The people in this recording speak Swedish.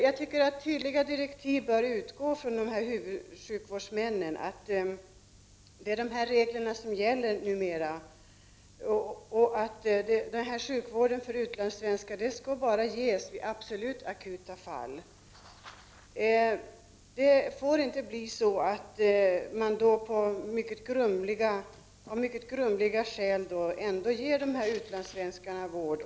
Jag tycker att tydligare direktiv bör utgå från sjukvårdshuvudmännen, att det numera är dessa regler som gäller och att sjukvård till utlandssvenskar bara skall ges vid absolut akuta fall. Det får inte bli så att man av mycket grumliga skäl ändå ger utlandssvenskarna vård.